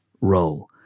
role